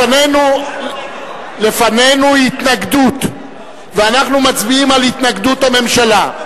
לפנינו התנגדות ואנחנו מצביעים על התנגדות הממשלה.